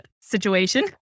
situation